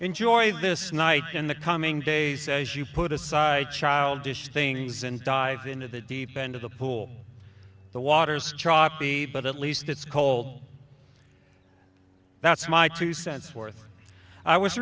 enjoy this night in the coming days as you put aside childish things and dive into the deep end of the pool the water's choppy but at least it's cold that's my two cents worth i was